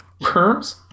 Perms